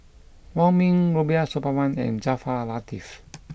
Wong Ming Rubiah Suparman and Jaafar Latiff